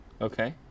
Okay